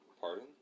pardon